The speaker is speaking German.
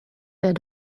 der